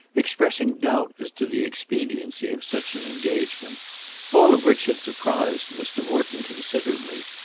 expressing doubt as to the expediency of such an engagement all of which had surprised mr. morton considerably,